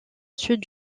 sud